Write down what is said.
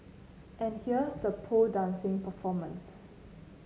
and here's the pole dancing performance